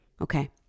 Okay